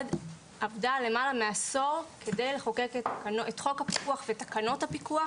עבדה למעלה מעשור כדי לחוקק את חוק הפיקוח ואת תקנות הפיקוח